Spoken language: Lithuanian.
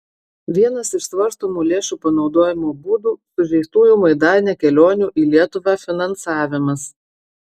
vienas iš svarstomų lėšų panaudojimo būdų sužeistųjų maidane kelionių į lietuvą finansavimas